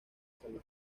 salud